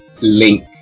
link